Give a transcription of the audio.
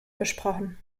besprochen